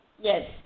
Yes